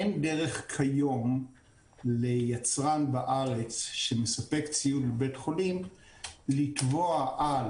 אין כיום דרך ליצרן בארץ שמספק ציוד לבית חולים לתבוע על